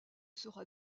sera